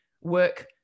work